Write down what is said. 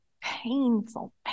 painful